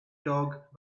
dog